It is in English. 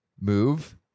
move